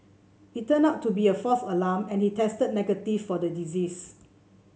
it turned out to be a false alarm and he tested negative for the disease